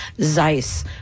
Zeiss